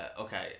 okay